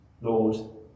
Lord